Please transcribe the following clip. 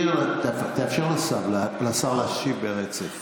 תאפשר לשר להשיב ברצף.